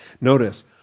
Notice